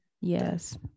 Yes